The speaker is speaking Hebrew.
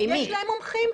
יש להם מומחים.